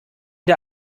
der